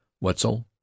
wetzel